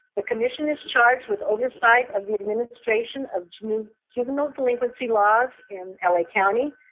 the commission is charged with oversight of the administration of juvenile juvenile delinquency laws in la county,